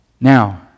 Now